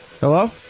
Hello